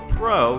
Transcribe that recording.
pro